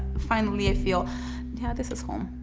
finally, i feel now this is home.